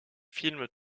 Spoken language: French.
film